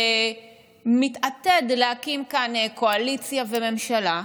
שמתעתד להקים כאן קואליציה וממשלה,